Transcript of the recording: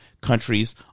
countries